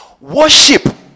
Worship